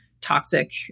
toxic